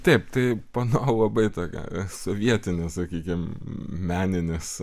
taip taip tai pano labai tokia sovietinė sakykim meninis